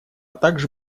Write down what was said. также